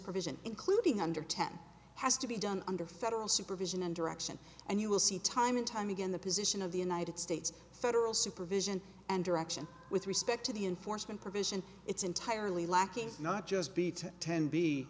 provision including under ten has to be done under federal supervision and direction and you will see time and time again the position of the united states federal supervision and direction with respect to the enforcement provision it's entirely lacking not just b to ten b